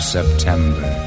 September